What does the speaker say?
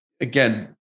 again